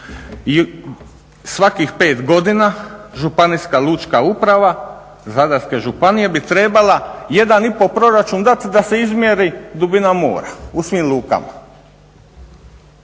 Svakih 5 godina Županijska lučka uprava Zadarske županije bi trebala 1,5 proračun dati da se izmjeri dubina mora u svim lukama.